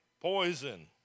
poison